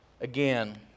Again